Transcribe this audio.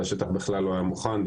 השטח בכלל לא היה מוכן,